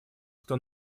кто